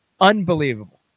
unbelievable